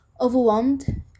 overwhelmed